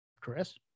Chris